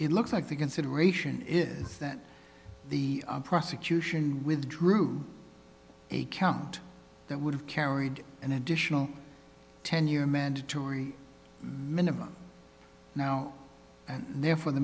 it looks like the consideration is that the prosecution withdrew a count that would have carried an additional ten year mandatory minimum now and therefore the